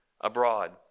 abroad